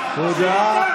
תודה.